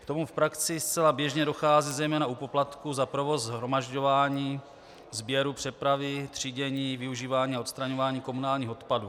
K tomu v praxi zcela běžně dochází, zejména u poplatků za provoz shromažďování, sběru, přepravy, třídění, využívání a odstraňování komunálních odpadů.